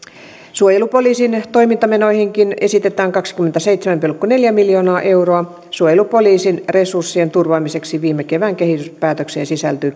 suojelupoliisinkin toimintamenoihin esitetään kahtakymmentäseitsemää pilkku neljää miljoonaa euroa suojelupoliisin resurssien turvaamiseksi viime kevään kehyspäätökseen sisältyy